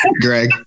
Greg